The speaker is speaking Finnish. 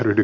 ryhdy